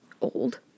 old